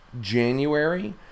January